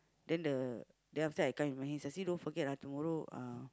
then the then after that I come remind him Sasi don't forget ah tomorrow uh